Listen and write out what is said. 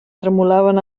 tremolaven